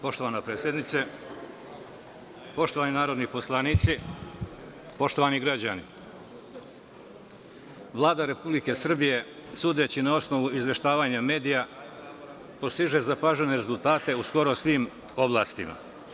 Poštovana predsednice, poštovani narodni poslanici, poštovani građani, Vlada Republike Srbije, sudeći na osnovu izveštavanja medija, postiže zapažene rezultate u skoro svim oblastima.